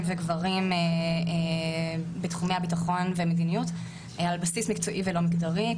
וגברים בתחומי הביטחון ומדיניות על בסיס מקצועי ולא מגדרי,